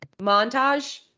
montage